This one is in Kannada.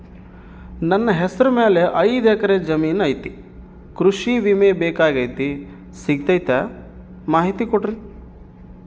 ನನ್ನ ಹೆಸರ ಮ್ಯಾಲೆ ಐದು ಎಕರೆ ಜಮೇನು ಐತಿ ಕೃಷಿ ವಿಮೆ ಬೇಕಾಗೈತಿ ಸಿಗ್ತೈತಾ ಮಾಹಿತಿ ಕೊಡ್ರಿ?